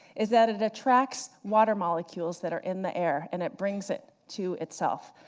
is that it attracts water molecules that are in the air, and it brings it to itself.